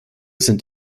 sind